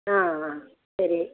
ஆ ஆ சரி